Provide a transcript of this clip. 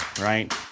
right